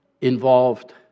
involved